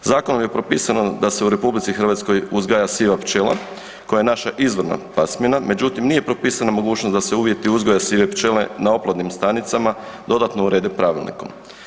Zakonom je propisano da se u RH uzgaja siva pčela koja je naša izvorna pasmina, međutim nije propisana mogućnost da se uvjeti uzgoja sive pčele na oplodnim stanicama dodatno urede pravilnikom.